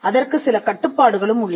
அதற்கு சில கட்டுப்பாடுகளும் உள்ளன